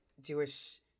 Jewish